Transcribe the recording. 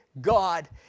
God